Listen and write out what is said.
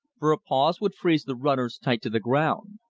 for a pause would freeze the runners tight to the ground.